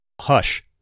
Hush